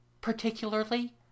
particularly